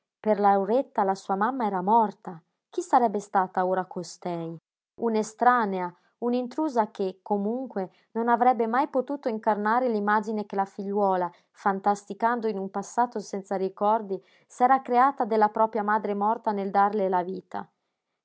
per lauretta la sua mamma era morta chi sarebbe stata ora costei un'estranea un'intrusa che comunque non avrebbe mai potuto incarnare l'imagine che la figliuola fantasticando in un passato senza ricordi s'era creata della propria madre morta nel darle la vita